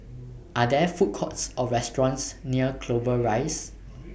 Are There Food Courts Or restaurants near Clover Rise